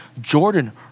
Jordan